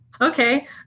Okay